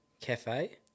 cafe